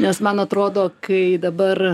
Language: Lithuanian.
nes man atrodo kai dabar